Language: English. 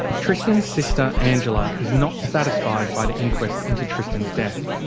tristan's sister angela is not satisfied by the inquest into tristan's death,